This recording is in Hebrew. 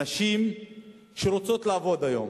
הנשים שרוצות לעבוד, היום